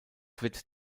wird